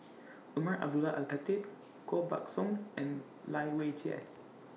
Umar Abdullah Al Khatib Koh Buck Song and Lai Weijie